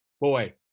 boy